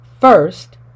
first